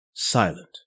Silent